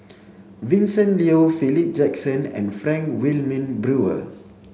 Vincent Leow Philip Jackson and Frank Wilmin Brewer